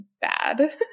bad